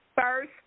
first